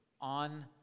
on